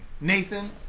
Nathan